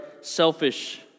selfish